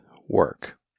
work